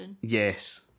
Yes